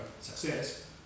success